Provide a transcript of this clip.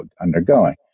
undergoing